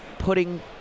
Putting